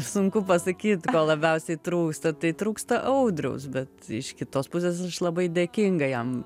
sunku pasakyt ko labiausiai trūksta tai trūksta audriaus bet iš kitos pusės aš labai dėkinga jam